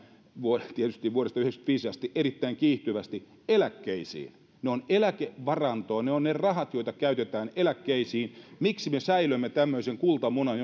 tietysti vuodesta yhdeksänkymmentäviisi asti erittäin kiihtyvästi eläkkeisiin ne ovat eläkevarantoa ne ovat ne rahat joita käytetään eläkkeisiin miksi me säilömme tämmöisen kultamunan